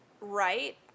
right